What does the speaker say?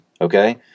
Okay